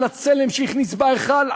על הצלם שהכניס בהיכל,